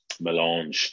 melange